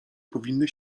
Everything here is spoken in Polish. powinny